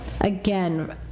again